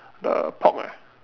the pork ah